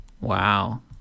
Wow